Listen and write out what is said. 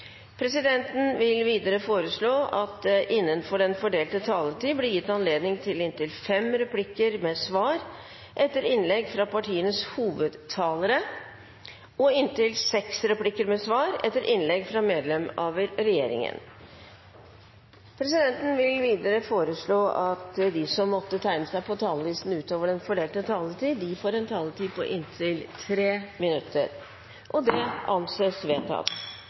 Presidenten vil videre foreslå at det – innenfor den fordelte taletid – blir gitt anledning til inntil fem replikker med svar etter innlegg fra partienes hovedtalere og inntil seks replikker med svar etter innlegg fra medlemmer av regjeringen. Presidenten vil videre foreslå at de som måtte tegne seg på talerlisten utover den fordelte taletid, får en taletid på inntil 3 minutter. – Det anses vedtatt.